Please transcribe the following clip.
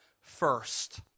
first